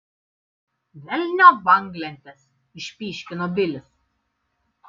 velniop banglentes išpyškino bilis